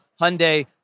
hyundai